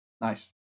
Nice